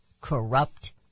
corrupt